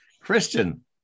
Christian